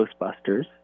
Ghostbusters